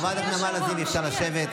חברת הכנסת נעמה לזימי, אפשר לשבת.